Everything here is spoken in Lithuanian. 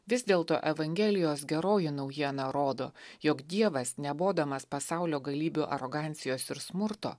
vis dėlto evangelijos geroji naujiena rodo jog dievas nebodamas pasaulio galybių arogancijos ir smurto